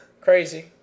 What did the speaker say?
Crazy